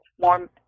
more